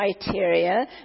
criteria